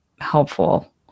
helpful